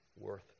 worth